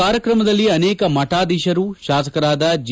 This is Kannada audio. ಕಾರ್ಯಕ್ರಮದಲ್ಲಿ ಅನೇಕ ಮಠಾಧೀಶರು ಶಾಸಕರಾದ ಜಿ